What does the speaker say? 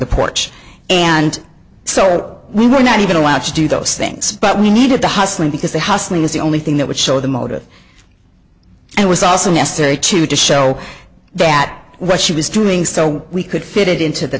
the porch and so we were not even allowed to do those things but we needed the hustlin because the house name is the only thing that would show the motive and was also necessary to to show that what she was doing so we could fit it into the